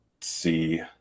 see